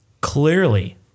Clearly